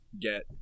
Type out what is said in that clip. get